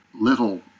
little